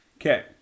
Okay